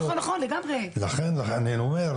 הצוות יכול להיות מופעל